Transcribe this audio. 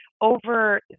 Over